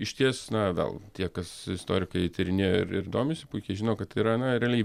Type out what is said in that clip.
išties na gal tie kas istorikai tyrinėja ir ir domisi puikiai žino kad tai yra na realiai